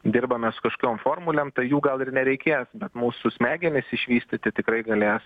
dirbame su kažkokiom formulėm tai jų gal ir nereikės bet mūsų smegenis išvystyti tikrai galės